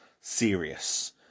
serious